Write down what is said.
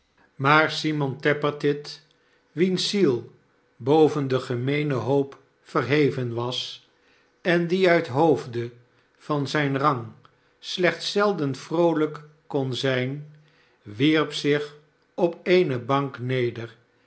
maar simon tappertit wiens ziel boven den gemeenen hoop verheven was en die uit hoofde van zijn rang slechts zelden vroolijk kon zijn wierp zich op eene bank neder